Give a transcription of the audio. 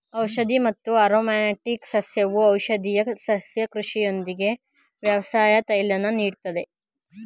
ಔಷಧಿ ಮತ್ತು ಆರೊಮ್ಯಾಟಿಕ್ ಸಸ್ಯವು ಔಷಧೀಯ ಸಸ್ಯ ಕೃಷಿಯೊಂದಿಗೆ ವ್ಯವಹರ್ಸಿ ತೈಲನ ನೀಡ್ತದೆ